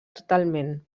totalment